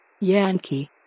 Yankee